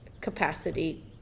capacity